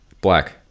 Black